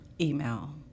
Email